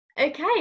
okay